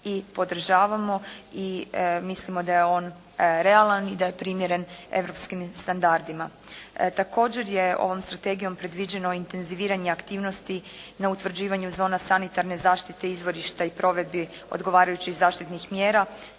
i podržavamo i mislimo da je on realan i da je primjeren europskim standardima. Također je ovom strategijom predviđeno intenziviranje aktivnosti na utvrđivanju zona sanitarne zaštite izvorišta i provedbi odgovarajućih zaštitnih mjera